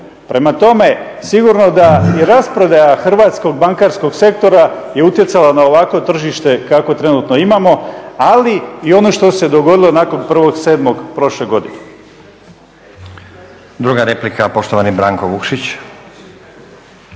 Prema tome, sigurno da i rasprodaja hrvatskog bankarskog sektora je utjecala na ovakvo tržište kakvo trenutno imamo ali i ono što se dogodilo nakon 1.7. prošle godine. **Stazić, Nenad (SDP)** Druga replika, poštovani Branko Vukšić.